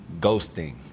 Ghosting